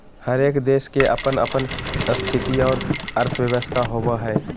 हरेक देश के अपन अपन स्थिति और अर्थव्यवस्था होवो हय